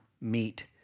meet